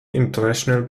international